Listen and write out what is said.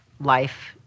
life